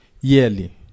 yearly